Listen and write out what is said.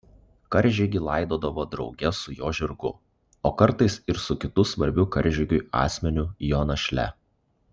karžygį laidodavo drauge su jo žirgu o kartais ir su kitu svarbiu karžygiui asmeniu jo našle